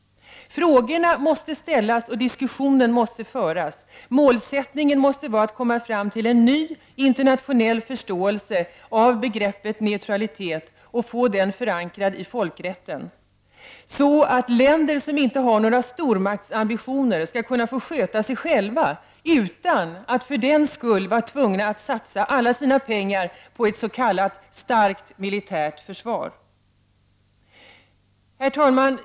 Frågorna måste ställas och diskussionen måste föras. Målsättningen måste vara att komma fram till en ny internationell förståelse av begreppet neutralitet och få den förankrad i folkrätten, så att länder som inte har några stormaktsambitioner skall kunna få sköta sig själva, utan att för den skull vara tvungna att satsa alla sina pengar på ett s.k. starkt försvar. Herr talman!